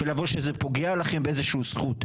ולבוא שזה פוגע לכם באיזשהו זכות,